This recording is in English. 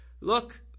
look